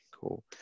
cool